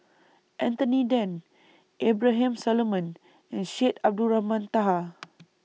Anthony Then Abraham Solomon and Syed Abdulrahman Taha